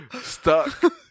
Stuck